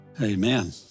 Amen